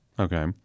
Okay